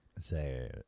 Say